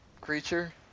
creature